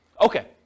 Okay